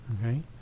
Okay